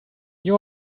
you